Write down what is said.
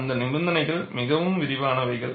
அந்த நிபந்தனைகளை மிகவும் விரிவானவைகள்